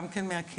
גם כן מהקהילה,